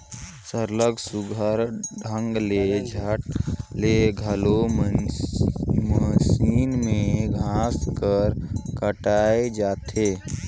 सरलग सुग्घर ढंग ले झट ले घलो मसीन में घांस हर कटाए जाथे